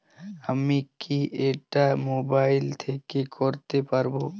আমি কি এটা মোবাইল থেকে করতে পারবো?